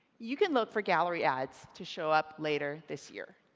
you can look for gallery ads to show up later this year